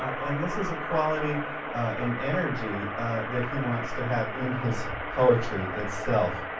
and this is a quality and energy that he wants to have in his poetry itself.